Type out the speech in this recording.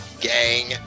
gang